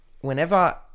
whenever